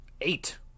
Eight